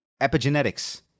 Epigenetics